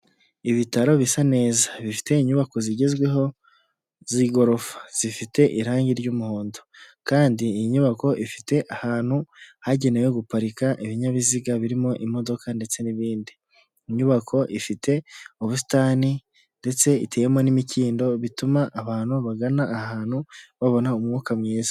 Ibitaro bisa neza bifite inyubako zigezweho, z'igorofa zifite irangi ry'umuhondo; kandi iyi nyubako ifite ahantu hagenewe guparika ibinyabiziga birimo imodoka ndetse n'ibindi. Inyubako ifite ubusitani ndetse ifitemo n'imikindo bituma abantu bagana ahantu babona umwuka mwiza.